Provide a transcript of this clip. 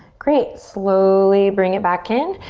great, slowly bring it back in.